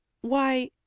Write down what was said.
Why